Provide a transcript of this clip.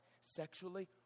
sexually